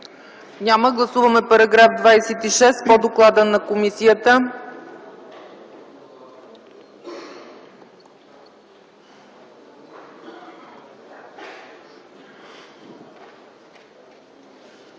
Няма. Гласуваме § 31 по доклада на комисията.